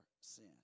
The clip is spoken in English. sin